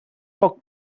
poc